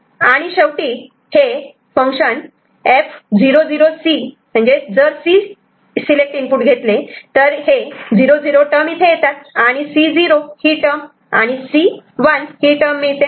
आणि शेवटी हे F जर C सिलेक्ट इनपुट घेतले तर हे 0 0 टर्म इथे येतात आणि C 0 ही टर्म आणि C 1 ही टर्म मिळते